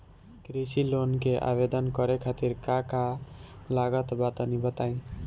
कृषि लोन के आवेदन करे खातिर का का लागत बा तनि बताई?